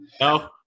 No